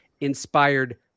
inspired